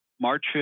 March